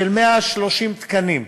של 130 תקנים,